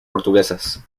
portuguesas